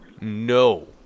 No